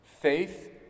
Faith